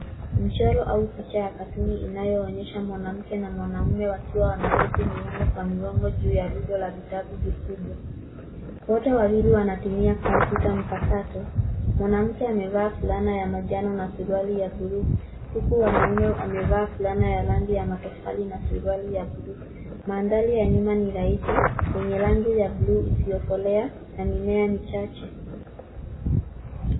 Mcholo au picha ya katuni inayoonyesha mwanamke na mwanamume wakiwa wameketi migongo kwa migongo juu ya rundo la vitabu vikubwa. Wote wawili wanatumia kompyuta mpakato. Mwanamke amevaa fulana ya manjano na suruali ya buluu huku mwanamume amevaa fulana ya rangi ya matofali na suruali ya buluu. Mandhari ya nyuma ni rahisi yenye rangi ya buluu isiyokolea na mimea michache.